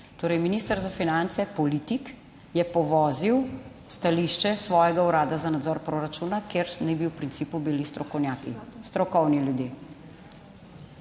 Torej, minister za finance, politik je povozil stališče svojega Urada za nadzor proračuna, kjer naj bi v principu bili strokovnjaki, strokovni ljudje.